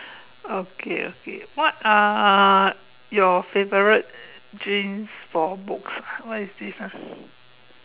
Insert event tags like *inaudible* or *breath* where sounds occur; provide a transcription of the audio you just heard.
okay okay what are your favourite genes for books what is this ah *breath*